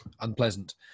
unpleasant